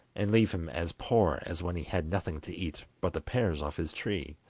and leave him as poor as when he had nothing to eat but the pears off his tree.